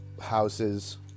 houses